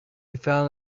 found